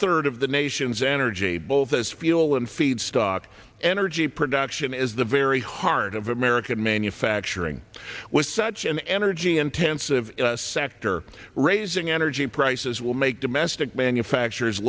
third of the nation's energy both as fuel and feedstock energy production is the very heart of american manufacturing was such an energy intensive sector raising energy prices will make domestic manufacturers